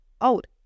old